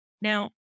Now